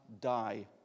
die